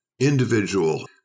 individual